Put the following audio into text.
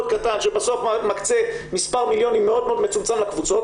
קטן שבסוף מקצה מספר מיליונים מאוד מצומצם לקבוצות.